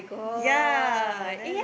ya then